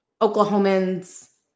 Oklahomans